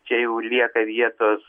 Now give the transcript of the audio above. čia jau ir lieka vietos